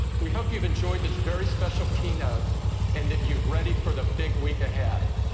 we hope you've enjoyed this very special keynote and that you're ready for the big week ahead,